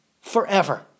forever